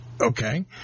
okay